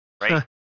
right